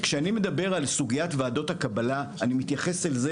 כשאני מדבר על סוגיית ועדות הקבלה אני מתייחס אל זה